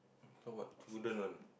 so what wooden one